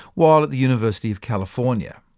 while at the university of california.